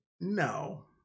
No